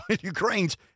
Ukraine's